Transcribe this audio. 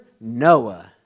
Noah